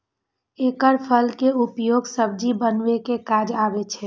एकर फल के उपयोग सब्जी बनबै के काज आबै छै